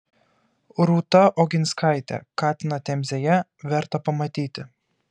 rūta oginskaitė katiną temzėje verta pamatyti